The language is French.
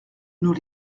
nous